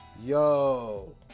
Yo